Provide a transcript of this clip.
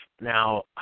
Now